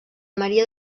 maria